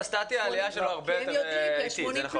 לא סטטי, העלייה שלו הרבה יותר איטית, זה נכון.